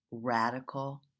Radical